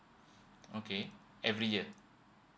okay every year